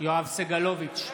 יואב סגלוביץ'